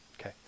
Okay